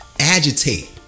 Agitate